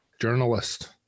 journalist